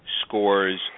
scores